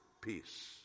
peace